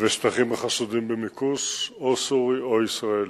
ושטחים החשודים במיקוש או סורי או ישראלי.